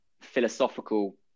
philosophical